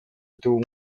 ditugu